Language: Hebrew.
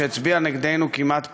שהצביעה נגדנו כמעט פה-אחד.